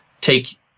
take